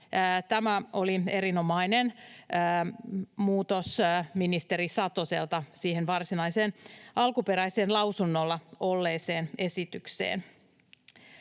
Tämä oli erinomainen muutos ministeri Satoselta siihen varsinaiseen alkuperäiseen lausunnolla olleeseen esitykseen.